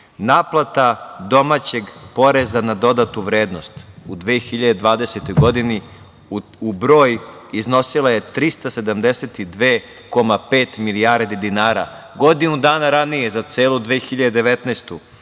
Naplata domaćeg poreza na dodatu vrednost u 2020. godini, u broj, iznosila je 372,5 milijardi dinara, godinu dana ranije za celu 2019. godinu